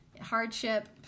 Hardship